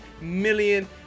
million